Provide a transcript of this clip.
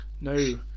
No